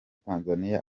tanzania